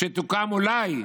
שתוקם אולי,